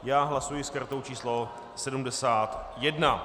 Já hlasuji s kartou číslo 71.